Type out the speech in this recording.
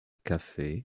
café